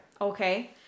Okay